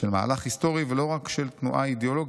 של מהלך היסטורי ולא רק של תנועה אידיאולוגית.